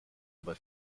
aber